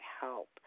help